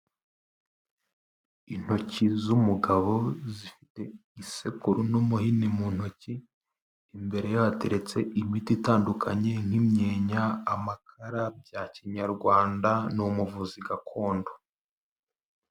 Intoki z'umugabo zifite isekuru n'umuhini mu ntoki, imbere ye hateretse imiti itandukanye nk'imyenya, amakara bya kinyarwanda ni umuvuzi gakondo.